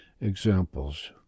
examples